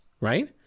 right